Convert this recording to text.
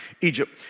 Egypt